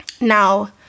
now